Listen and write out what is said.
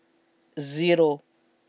zero